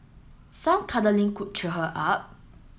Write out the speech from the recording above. some cuddling could cheer her up